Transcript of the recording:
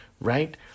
right